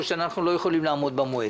או אנחנו לא יכולים לעמוד במועד,